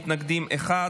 מתנגדים, אחד.